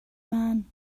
man